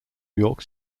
york